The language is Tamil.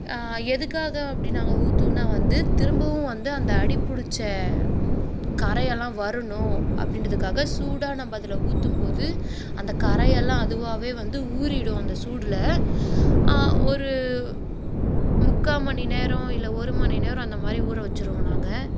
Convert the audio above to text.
எதுக்காக அப்படி நாங்கள் ஊற்றுவோனா வந்து திரும்பவும் வந்து அந்த அடி பிடிச்ச கறை எல்லாம் வரணும் அப்படிங்கிறதுக்காக சூடாக நம்ம அதில் ஊற்றும் போது அந்த கறை எல்லாம் அதுவாகவே வந்து ஊறிவிடும் அந்த சூடில் ஒரு முக்கால் மணி நேரம் இல்லை ஒரு மணி நேரம் அந்த மாதிரி ஊற வச்சுருவோம் நாங்கள்